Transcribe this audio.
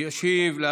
תודה.